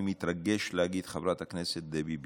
אני מתרגש להגיד חברת הכנסת דבי ביטון.